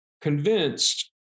convinced